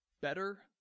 better